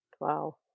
Wow